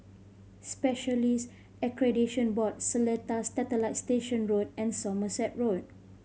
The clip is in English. Specialist Accreditation Board Seletar Satellite Station Road and Somerset Road